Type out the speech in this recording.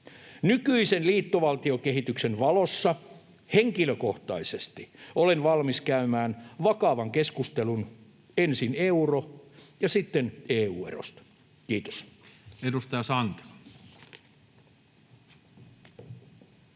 Nykyisen liittovaltiokehityksen valossa olen henkilökohtaisesti valmis käymään vakavan keskustelun ensin euro- ja sitten EU-erosta. — Kiitos. Edustaja Sankelo.